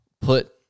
put